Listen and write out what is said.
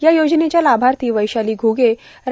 या योजनेची लाभार्थी वैशाली घुगे रा